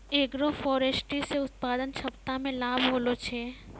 agroforestry से उत्पादन क्षमता मे लाभ होलो छै